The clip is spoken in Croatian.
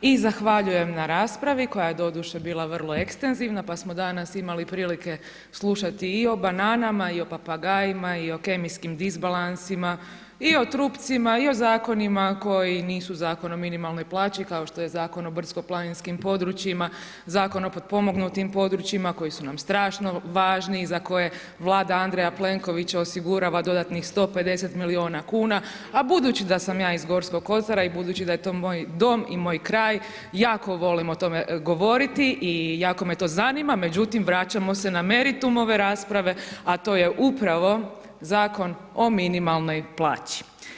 i zahvaljujem na raspravi, koja je doduše bila vrlo ekstenzivna pa smo danas imali prilike slušati i o bananama i o papagajima i o kemijskim disbalansima i o trupcima i o zakonima koji nisu Zakon o minimalnoj plaći kao što je Zakon o brdsko-planinskim područjima, Zakon o potpomognutim područjima koji su nam strašno važni i za koje Vlada Andreja Plenkovića osigurava dodatnih 150 miliona kuna, a budući da sam ja iz Gorskog kotara i budući da je to moj dom i moj kraj jako volim o tome govoriti i jako me to zanima, međutim vraćamo se na meritum ove rasprave, a to je upravo Zakon o minimalnoj plaći.